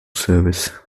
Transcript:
service